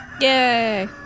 Yay